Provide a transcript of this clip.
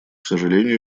сожалению